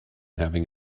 having